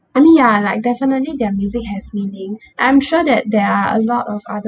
I mean ya like definitely their music has meaning I am sure that there are a lot of other